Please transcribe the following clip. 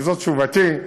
וזאת תשובתי: